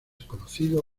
conocido